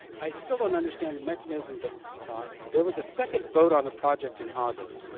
i still don't understand the mechanism, but there was a second vote on the project in august